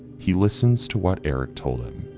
he listens to what eric told. um